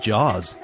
Jaws